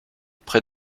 près